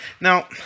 Now